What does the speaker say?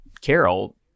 Carol